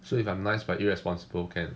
so if I'm nice but irresponsible can